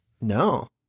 No